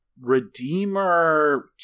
redeemer